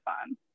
fun